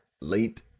late